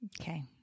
Okay